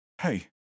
Hey